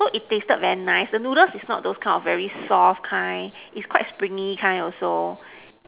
so it tasted very nice the noodle is also not the very soft kind it's also the very springy kind also